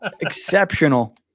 exceptional